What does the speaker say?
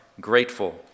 grateful